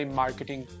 marketing